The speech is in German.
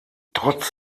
trotz